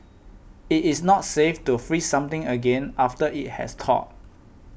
it is not safe to freeze something again after it has thawed